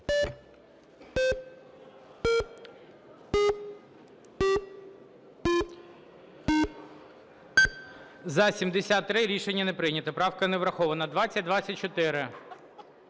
За-73 Рішення не прийнято. Правка не врахована. 2024.